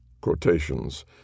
Quotations